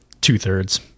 two-thirds